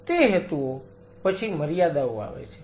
તે હેતુઓ પછી મર્યાદાઓ આવે છે